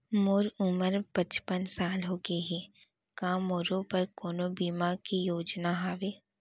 मोर उमर पचपन साल होगे हे, का मोरो बर कोनो बीमा के योजना हावे?